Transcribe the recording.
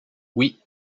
oui